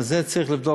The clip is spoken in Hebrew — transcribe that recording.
גם את זה צריך לבדוק,